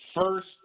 First